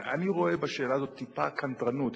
ואני רואה בשאלה הזאת טיפה קנטרנות,